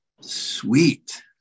Sweet